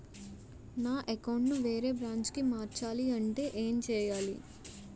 నా అకౌంట్ ను వేరే బ్రాంచ్ కి మార్చాలి అంటే ఎం చేయాలి?